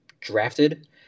drafted